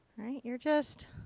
you're just,